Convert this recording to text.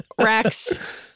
Rex